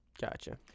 Gotcha